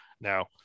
Now